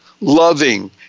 loving